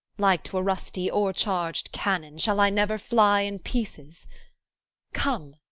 like to a rusty o'ercharg'd cannon, shall i never fly in pieces come,